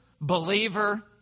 believer